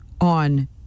on